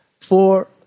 for